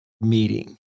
meeting